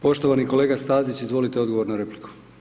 Poštovani kolega Stazić, izvolite odgovor na repliku.